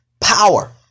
Power